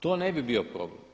To ne bi bio problem.